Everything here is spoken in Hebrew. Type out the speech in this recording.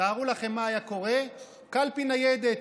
תארו לכם מה היה קורה, קלפי ניידת.